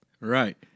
Right